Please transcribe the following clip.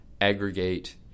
aggregate